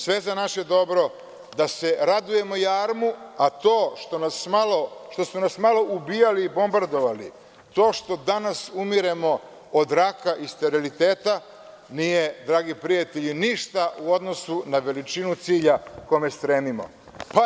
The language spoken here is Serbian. Sve za naše dobro, da se radujemo jarmu, a to što su nas malo ubijali i bombardovali, to što danas umiremo od raka i steriliteta nije, dragi prijatelji, ništa u odnosu na veličinu cilja kome stremimo.